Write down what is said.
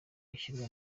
ishyirwa